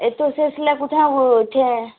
एह् तुस इसलै कुत्थें ओ इत्थें